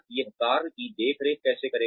यह कार्य की देखरेख कैसे करेगा